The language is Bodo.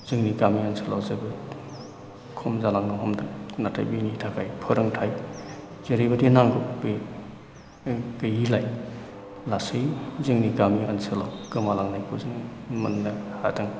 जोंनि गामि ओनसोलाव जोबोद खम जालांनो हमदों नाथाय बेनि थाखाय फोरोंथाय जेरैबायदि नांगौ बे गैयिलाय लासै जोंनि गामि ओनसोलाव गोमालांनायखौ जों मोन्दांनो हादों